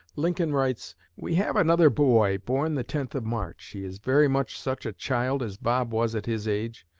lincoln writes we have another boy, born the tenth of march. he is very much such a child as bob was at his age,